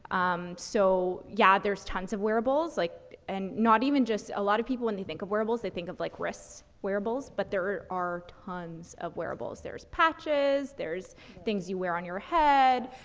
um, so, yeah. there's tons of wearables. like, and not even just a lot of people when they think of wearables, they think of like wrist wearables, but there are tons of wearables. there's patches, there's things you wear on your head,